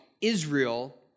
Israel